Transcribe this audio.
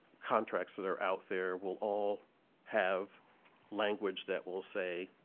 contracts that are out there will all have language that will say,